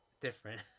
different